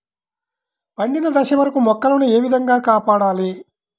పండిన దశ వరకు మొక్కల ను ఏ విధంగా కాపాడాలి?